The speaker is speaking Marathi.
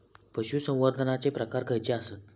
पशुसंवर्धनाचे प्रकार खयचे आसत?